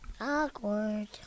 Awkward